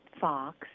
Fox